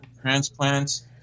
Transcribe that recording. transplants